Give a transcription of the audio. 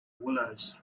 willows